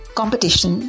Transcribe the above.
competition